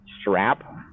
strap